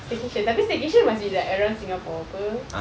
staycation tapi staycation masih like around singapore [pe]